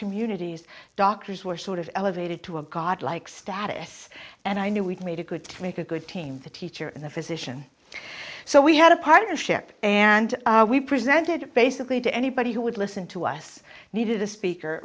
communities doctors were sort of elevated to a god like status and i knew we'd made a good make a good team the teacher and the physician so we had a partnership and we presented it basically to anybody who would listen to us needed a speaker